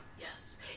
Yes